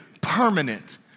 permanent